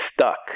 stuck